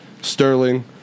Sterling